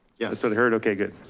yeah sort of heard okay, good.